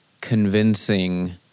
convincing